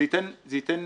זה ייתן מענה,